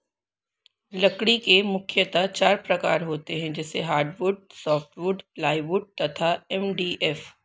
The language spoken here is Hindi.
लकड़ी के मुख्यतः चार प्रकार होते हैं जैसे हार्डवुड, सॉफ्टवुड, प्लाईवुड तथा एम.डी.एफ